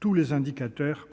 Tous les indicateurs